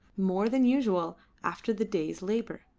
more than usual, after the day's labour.